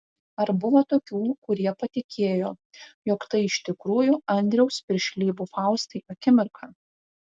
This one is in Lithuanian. ar buvo tokių kurie patikėjo jog tai iš tikrųjų andriaus piršlybų faustai akimirka